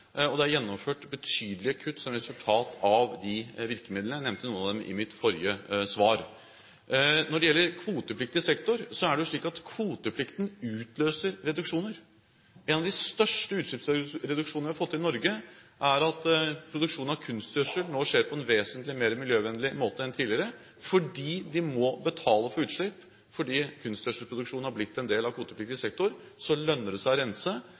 og det er gjennomført betydelige kutt som resultat av de virkemidlene – jeg nevnte noen av dem i mitt forrige svar. Når det gjelder kvotepliktig sektor, er det jo slik at kvoteplikten utløser reduksjoner. En av de største utslippsreduksjonene vi har fått til i Norge, er skjedd ved at produksjonen av kunstgjødsel nå skjer på en vesentlig mer miljøvennlig måte enn tidligere, fordi en må betale for utslipp. Fordi kunstgjødselproduksjon har blitt en del av kvotepliktig sektor, lønner det seg å rense.